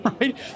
right